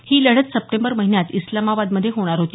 ही लढत सप्टेंबर महिन्यात इस्लामाबादमध्ये होणार होती